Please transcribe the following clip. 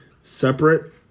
separate